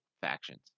factions